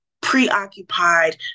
preoccupied